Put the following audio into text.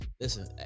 listen